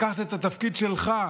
לקחת את התפקיד שלך,